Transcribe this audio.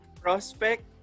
prospect